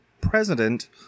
President